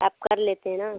आप कर लेते हैं ना